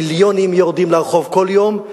מיליונים יורדים לרחוב כל יום.